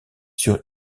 sur